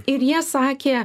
ir jie sakė